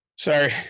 Sorry